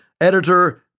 editor